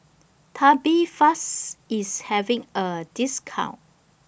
Tubifast IS having A discount